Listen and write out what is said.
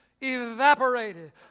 Evaporated